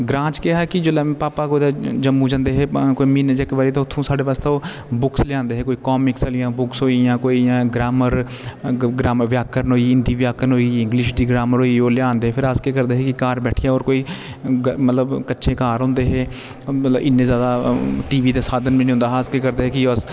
ग्रां च केह् हा जोह्ले कोई पापा कुदे जम्मू जन्दे हे कोई महीने च इक बारी ते उत्थु ओह् साढ़े बास्ते ओह् बुक्स लेई आंदे हे कोई कॉमिक्स आह्लियां बुक्स होईया कोई ग्रामर ग्रामर व्याकरण हिंदी व्याकरण होई इंग्लिश दी ग्रामर होई ओह् लयांदे हे फेर अस के करदे हे अस घर बैठिये ओर कोई मतलब कच्चे घर होंदे हे मतलब इन्ने ज्यादा टीवी साधन बी नेई होंदा हा अस के करदे हे